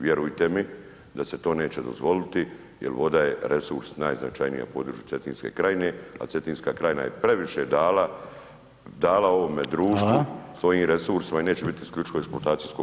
Vjerujte mi da se to neće dozvoliti jer voda je resurs najznačajniji na području Cetinske krajine a Cetinska krajina je previše dala, dala ovome društvu svojim resursima i neće biti isključivo eksploatacijsko polje.